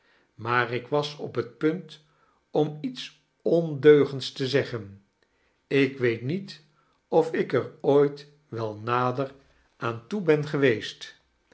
maar ik was op bet punt am iets ondeugends te zeggen ik weet niet of ik er ooit wel nader aan toe ben geweest